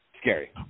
Scary